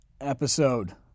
episode